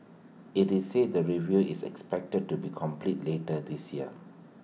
IT is said the review is expected to be completed later this year